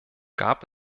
gab